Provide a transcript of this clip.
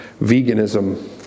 veganism